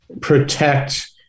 protect